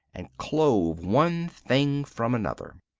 and clove one thing from another.